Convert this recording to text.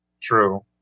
True